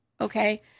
Okay